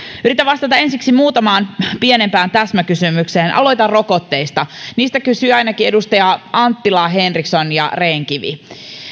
yritän vastata ensiksi muutamaan pienempään täsmäkysymykseen aloitan rokotteista niistä kysyivät ainakin edustajat anttila henriksson ja rehn kivi